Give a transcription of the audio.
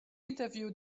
interview